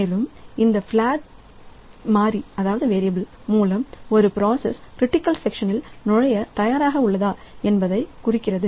மேலும் இந்த பிளாக் மாறி மூலம் ஒரு பிராசஸ் க்ரிட்டிக்கல் செக்ஷனில் நுழைய தயாராக உள்ளதா என்பதை குறிக்கிறது